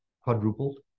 quadrupled